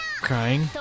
crying